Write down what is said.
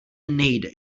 nejde